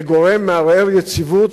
לגורם מערער יציבות,